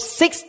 six